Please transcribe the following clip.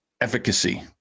efficacy